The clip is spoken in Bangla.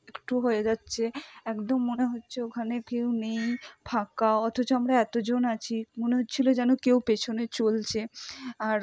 একটু হয়ে যাচ্ছে একদম মনে হচ্ছে ওখানে কেউ নেই ফাঁকা অথচ আমরা এতজন আছি মনে হচ্ছিল যেন কেউ পেছনে চলছে আর